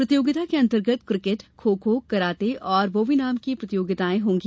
प्रतियोगिता के अंतर्गत क्रिकेट खो खो कराते और वोवीनाम की प्रतियोगिताएं होगी